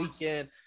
weekend